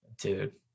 Dude